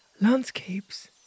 landscapes